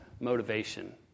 motivation